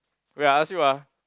wait I ask you ah